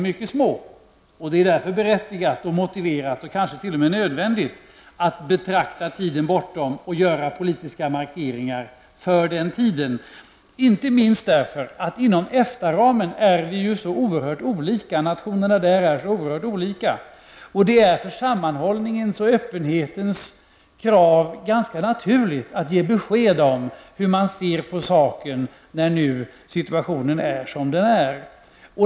Det är därför berättigat och motiverat -- och kanske t.o.m. nödvändigt -- att se på läget framöver och göra politiska markeringar för det, inte minst därför att nationerna inom EFTAs ram är oerhört olika. Med tanke på kraven på sammanhållning och öppenhet är det ganska naturligt att ge besked om hur man ser på saken när nu situationen är som den är.